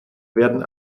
werden